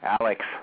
Alex